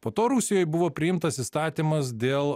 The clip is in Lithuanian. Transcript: po to rusijoj buvo priimtas įstatymas dėl